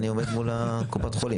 אני עומד מול קופת חולים.